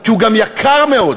כי הוא גם יקר מאוד.